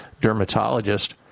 dermatologist